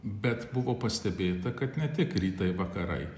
bet buvo pastebėta kad ne tik rytai vakarai